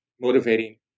motivating